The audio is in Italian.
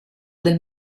del